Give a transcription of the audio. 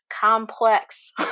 complex